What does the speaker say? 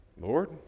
Lord